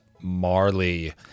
Marley